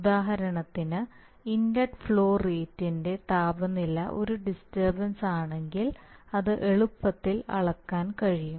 ഉദാഹരണത്തിന് inlet flow റേറ്റിന്റെ താപനില ഒരു ഡിസ്റ്റർബൻസ് ആണെങ്കിൽ അത് എളുപ്പത്തിൽ അളക്കാൻ കഴിയും